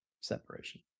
separation